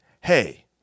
hey –